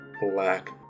black